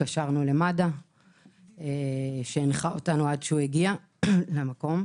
התקשרנו למד"א שהנחה אותנו עד שהגיע למקום.